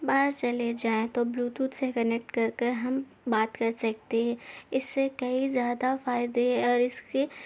باہر چلے جائیں تو بلوٹوتھ سے کنیکٹ کر کر ہم بات کر سکتے ہیں اس سے کئی زیادہ فائدے اور اس کے